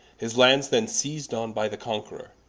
his land then seiz'd on by the conqueror,